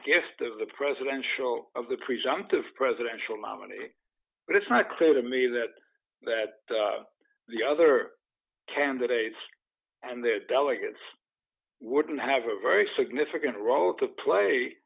gift of the presidential of the presumptive presidential nominee but it's not clear to me see that that the other candidates and their delegates wouldn't have a very significant role to play